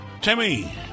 Timmy